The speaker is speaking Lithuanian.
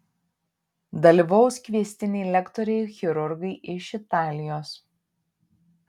dalyvaus kviestiniai lektoriai chirurgai iš italijos